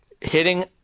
hitting